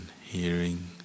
hearing